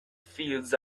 fields